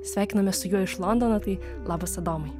sveikinamės su juo iš londono tai labas adomai